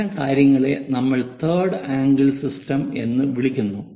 അത്തരം കാര്യങ്ങളെ നമ്മൾ തേർഡ് ആംഗിൾ സിസ്റ്റം എന്ന് വിളിക്കുന്നു